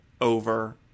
over